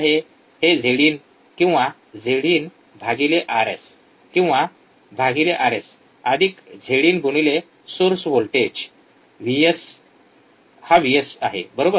हे झेडइन किंवा Z in RS ZinRs आहे किंवा भागिले आरएस अधिक झेडइन गुणिले सोर्स व्होल्टेज व्हीएस हा व्हीएस आहे बरोबर